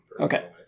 Okay